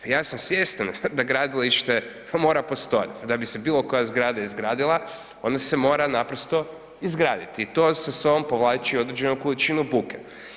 Ja sam svjestan da gradilište moram postojati, da bi se bilo koja zgrada izgradila, ona se mora naprosto izgraditi i to sa sobom povlači određenu količinu buke.